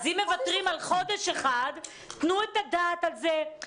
ויתור על חודש אחד, תנו את הדעת על זה.